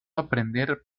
aprender